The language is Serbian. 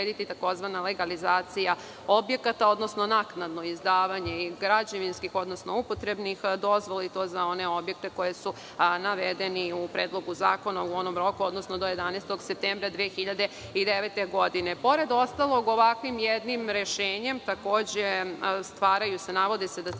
tzv. legalizacija objekata, odnosno naknadno izdavanje građevinskih, odnosno upotrebnih dozvola i to za one objekte koji su navedeni u predlogu zakona u onom roku, odnosno do 11. septembra 2009. godine. Pored ostalog, ovakvim jednim rešenjem takođe se navodi da se